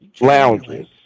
lounges